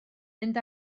mynd